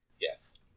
Yes